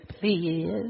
please